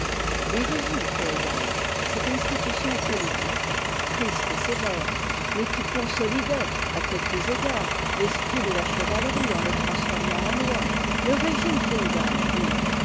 le régime féodal cette institution politique triste et sévère mais qui consolidait à quelques égards l'esprit de a chevalerie en le transformant en lois le régime féodal dis-je